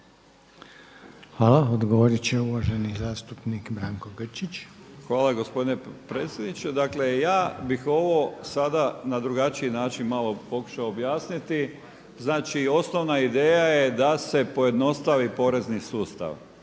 Hvala. Odgovorit će uvaženi zastupnik Branko Grčić. **Grčić, Branko (SDP)** Hvala gospodine potpredsjedniče. Dakle ja bih ovo sada na drugačiji način pokušao objasniti. Znači osnovna ideja je da se pojednostavi porezni sustav